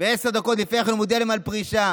ועשר דקות לפני כן הוא מודיע להם על פרישה.